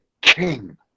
king